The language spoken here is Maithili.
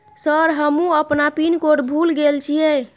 सर हमू अपना पीन कोड भूल गेल जीये?